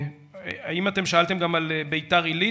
האם אתם שאלתם גם על ביתר-עילית?